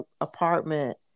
apartment